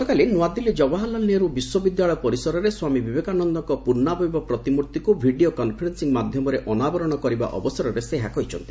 ଗତକାଲି ନ୍ତଆଦିଲ୍ଲୀ ଜବାହରଲାଲ୍ ନେହେରୁ ବିଶ୍ୱବିଦ୍ୟାଳୟ ପରିସରରେ ସ୍ୱାମୀ ବିବେକାନନ୍ଦଙ୍କ ପୂର୍ଷାବୟବ ପ୍ରତିମ୍ଭିକୁ ଭିଡ଼ିଓ କନ୍ଫରେନ୍ସିଂ ମାଧ୍ୟମରେ ଅନାବରଣ କରିବା ଅବସରରେ ସେ ଏହା କହିଛନ୍ତି